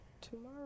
tomorrow